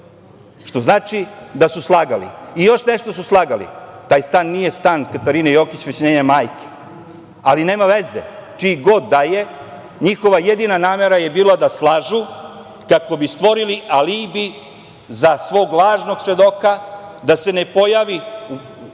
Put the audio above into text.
što znači da su slagali. Još nešto su slagali, taj stan nije stan Katarine Jokić, već njene majke, ali nema veze. Čiji god da je, njihova jedina namera je bila da slažu kako bi stvorili alibi za svog lažnog svedoka da se ne pojavi,